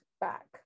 back